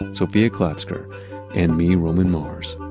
sofia klatzker and me, roman mars